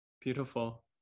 Beautiful